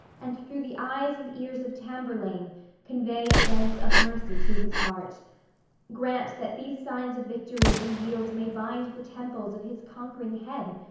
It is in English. and through the eyes and ears of tamburlaine convey events of mercy to his heart grant that these signs of victory we yield may bind the temples of his conquering head,